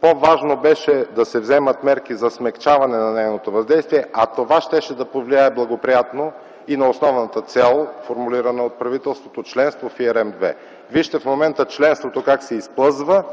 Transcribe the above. по-важно беше да се вземат мерки за смекчаване на нейното въздействие, а това щеше да повлияе благоприятно и на основната цел, формулирана от правителството – членство в ERM 2. Вижте как в момента членството се изплъзва,